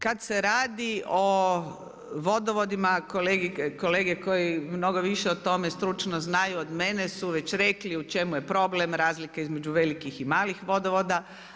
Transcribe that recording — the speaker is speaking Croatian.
Kada se radi o vodovodima kolege koji mnogo više o tome stručno znaju od mene su već rekli u čemu je problem, razlika između velikih i malih vodovoda.